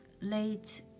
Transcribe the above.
Late